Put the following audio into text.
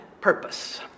purpose